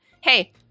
hey